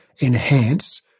enhance